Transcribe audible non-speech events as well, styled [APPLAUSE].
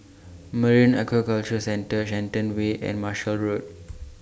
Marine Aquaculture Centre Shenton Way and Marshall Road [NOISE]